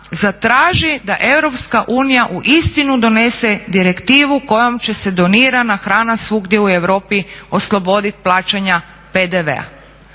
zatraži da EU uistinu donese direktivu kojom će se donirana hrana svugdje u Europi oslobodit plaćanja PDV-a.